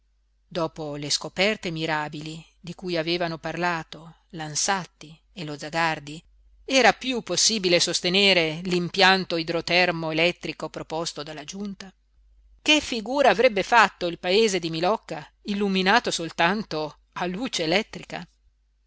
dopo le scoperte mirabili di cui avevano parlato l'ansatti e lo zagardi era piú possibile sostenere l'impianto idro-termo-elettrico proposto dalla giunta che figura avrebbe fatto il paese di milocca illuminato soltanto a luce elettrica